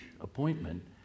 appointment